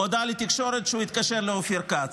הודעה לתקשורת שהוא התקשר לאופיר כץ.